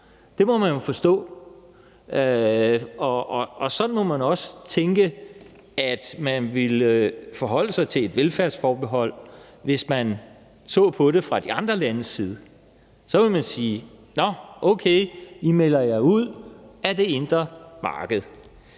Det må man forstå. Og sådan må man også tænke at man ville forholde sig til et velfærdsforbehold, hvis man så på det fra de andre landes side. Så ville man sige: Nå okay, I melder jer ud af det indre marked.